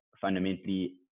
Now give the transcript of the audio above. fundamentally